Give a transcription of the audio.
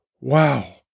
Wow